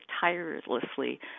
tirelessly